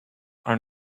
are